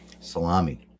Salami